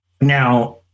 Now